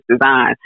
design